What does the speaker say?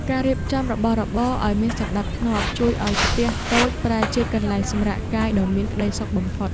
ការរៀបចំរបស់របរឱ្យមានសណ្តាប់ធ្នាប់ជួយឱ្យផ្ទះតូចប្រែជាកន្លែងសម្រាកកាយដ៏មានក្តីសុខបំផុត។